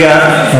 תודה.